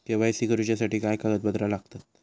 KYC करूच्यासाठी काय कागदपत्रा लागतत?